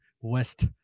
West